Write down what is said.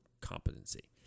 competency